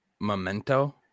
Memento